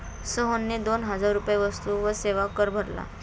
सोहनने दोन हजार रुपये वस्तू व सेवा कर भरला